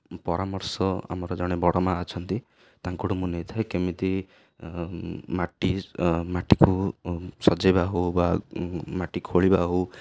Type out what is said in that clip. ପରାମର୍ଶ ଆମର ଜଣେ ବଡ଼ ମା' ଅଛନ୍ତି ତାଙ୍କଠୁ ମୁଁ ନେଇଥାଏ କେମିତି ମାଟି ମାଟିକୁ ସଜେଇବା ହଉ ବା ମାଟି ଖୋଳିବା ହଉ